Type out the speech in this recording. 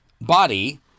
body